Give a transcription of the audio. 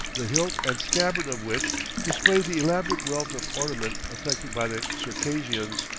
the hilt and scabbard of which display the elaborate wealth of ornament affected by the circassians.